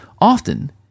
often